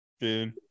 dude